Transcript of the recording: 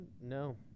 No